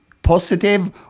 Positive